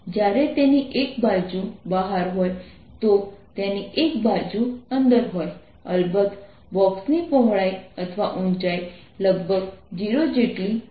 જ્યારે તેની એક બાજુ બહાર હોય તો તેની એક બાજુ અંદર હોય અલબત્ત બોક્સની પહોળાઈ અથવા ઊંચાઈ લગભગ 0 જેટલી હોય છે અને આ